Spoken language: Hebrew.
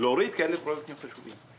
להוריד כאלה פרויקטים חשובים.